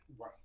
Right